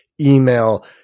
email